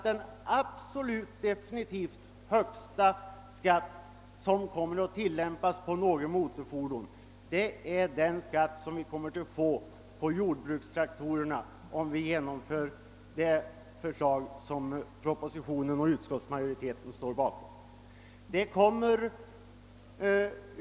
Den absolut och definitivt högsta skatt som kommer att tillämpas för något motorfordon är den skatt som vi kommer att få på jordbrukstraktorerna, om vi genomför det förslag som regeringen och utskottsmajoriteten står bakom.